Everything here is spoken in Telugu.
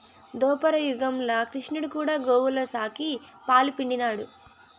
దోపర యుగంల క్రిష్ణుడు కూడా గోవుల సాకి, పాలు పిండినాడు